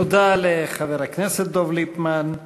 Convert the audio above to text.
תודה לחבר הכנסת דב ליפמן.